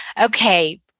Okay